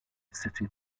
city